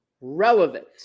relevant